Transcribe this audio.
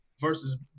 versus